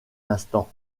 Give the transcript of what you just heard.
instant